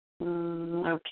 Okay